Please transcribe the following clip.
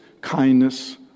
kindness